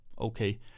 okay